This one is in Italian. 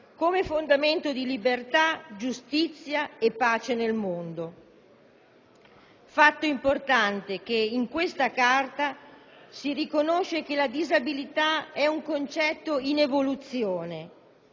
come fondamento di libertà, giustizia e pace nel mondo. Fatto importante è che in questa Carta si riconosce che la disabilità è un concetto in evoluzione